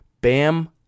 Bam